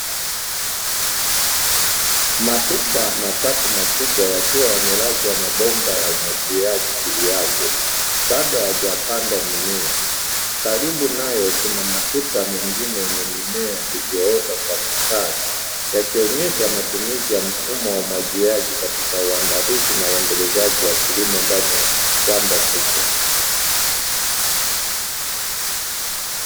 Matuta matatu makubwa yakiwa yamelazwa mabomba ya umwagiliaji juu yake, bado hayajandwa mimea. Karibu nayo kuna matuta mengine yenye mimea iliyoota kwa mstari, yakionyesha matumizi ya mfumo wa umwagiliaji katika uandalizi na uendelezaji wa kilimo ndani ya shamba kubwa.